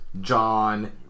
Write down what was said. John